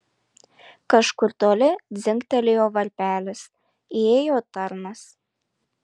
kažkur toli dzingtelėjo varpelis įėjo tarnas